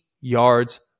yards